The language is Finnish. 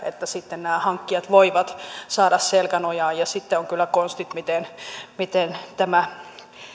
että sitten nämä hankkijat voivat saada selkänojaa ja sitten on kyllä konstit miten miten tämä